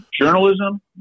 journalism